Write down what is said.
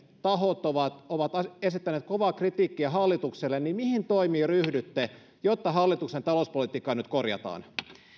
tahot ovat ovat esittäneet kovaa kritiikkiä hallitukselle niin mihin toimiin nyt ryhdytte jotta hallituksen talouspolitiikkaa korjataan